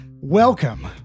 Welcome